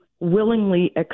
willingly